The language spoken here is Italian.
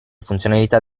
funzionalità